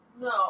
No